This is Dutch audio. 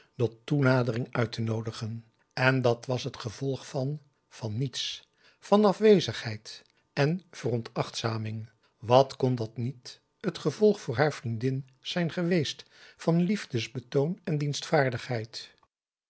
tot toenadering uit te noodigen en dat was het gevolg van van niets van afwezigheid en veronachtzaming wat kon dan niet t gevolg voor haar vriendin zijn geweest van liefdebetoon en